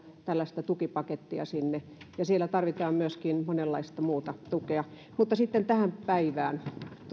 tukipakettia sinne siellä tarvitaan myöskin monenlaista muuta tukea mutta sitten tähän päivään